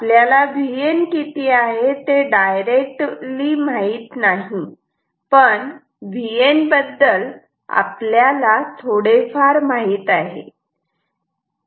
आपल्याला Vn किती आहे ते डायरेक्ट ली माहित नाही पण Vn बद्दल आपल्याला थोडेफार माहित आहे